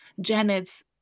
Janet's